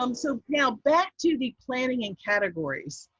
um so now, back to the planning and categories,